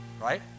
right